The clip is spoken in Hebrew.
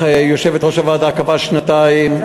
ויושבת-ראש הוועדה קבעה שנתיים.